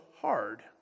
hard